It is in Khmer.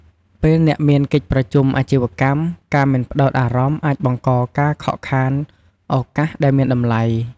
ពេលអ្នកមានកិច្ចប្រជុំអាជីវកម្ម ការមិនផ្ដោតអារម្មណ៍អាចបង្កការខកខានឱកាសដែលមានតម្លៃ។